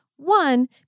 One